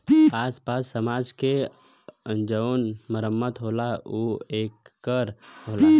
आस पास समाज के जउन मरम्मत होला ऊ ए कर होला